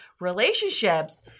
relationships